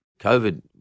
COVID